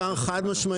חד משמעית.